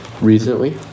Recently